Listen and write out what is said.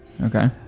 Okay